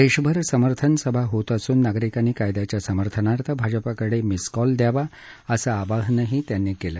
देशभर समर्थन सभा होत असून नागरिकांनी कायद्याच्या समर्थनार्थ भाजपाकडे मिसकॉल द्यावा असं आवाहनही त्यांनी केलं